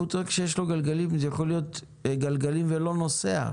פוד-טראק שיש לו גלגלים יכולים להיות לו גלגלים אבל הוא לא נוסע.